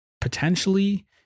Potentially